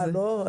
אה, לא?